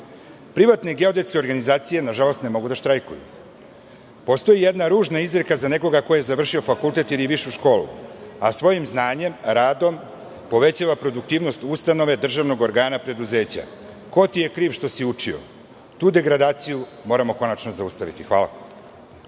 prava. Privatne geodetske organizacije, nažalost, ne mogu da štrajkuju. Postoji jedna ružna izreka za nekoga ko je završio fakultet ili višu školu, a svojim znanjem, radom, povećava produktivnost ustanove, državnog organa, preduzeća – ko ti je kriv što si učio? Tu degradaciju moramo konačno zaustaviti. Hvala.